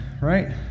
right